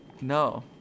No